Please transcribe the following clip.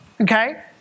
Okay